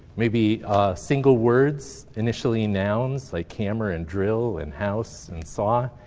maybe single words, initially nouns like camera, and drill, and house, and saw.